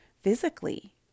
physically